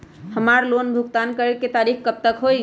हमार लोन भुगतान करे के तारीख कब तक के हई?